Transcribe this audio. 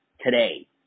today